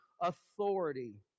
authority